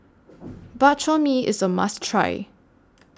Bak Chor Mee IS A must Try